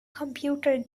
computer